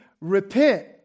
repent